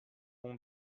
pont